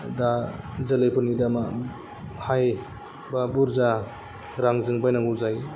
दा जोलैफोरनि दामा हाई बा बुरजा रांजों बायनांगौ जायो